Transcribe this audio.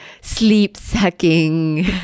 sleep-sucking